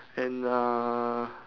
and uh